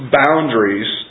boundaries